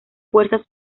fuerzas